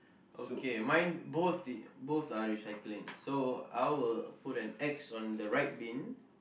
okay mine both the both are recycling so I will put an X on the right bin